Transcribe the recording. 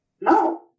No